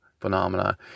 phenomena